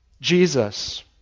Jesus